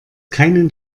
keinen